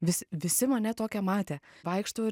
vis visi mane tokią matė vaikštau ir